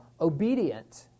obedient